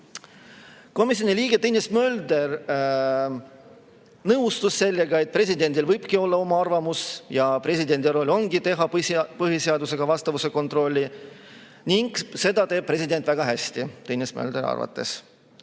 Komisjoni liige Tõnis Mölder nõustus sellega, et presidendil võibki olla oma arvamus ja presidendi roll ongi teha põhiseadusele vastavuse kontrolli. Seda teeb president Tõnis Möldri arvates